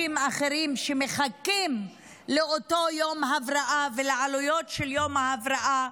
אחרים שמחכים לאותו יום הבראה ולעלויות של יום ההבראה,